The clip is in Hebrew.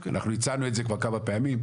אנחנו הצענו את זה כבר כמה פעמים,